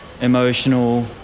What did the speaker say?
emotional